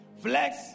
Flex